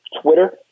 Twitter